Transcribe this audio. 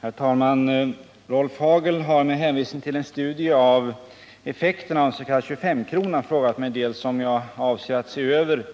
Herr talman! Rolf Hagel har med hänvisning till en studie av effekterna av den s.k. 25-kronan frågat mig dels om jag avser att se över